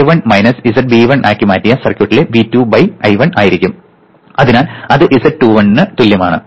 zA1 minus zB1 ആക്കി മാറ്റിയ സർക്യൂട്ടിലെ V2 I1 ആയിരിക്കും അതിനാൽ അത് Z21 ന് തുല്യമാണ്